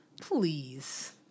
Please